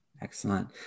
Excellent